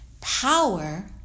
Power